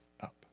up